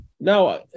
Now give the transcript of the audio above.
now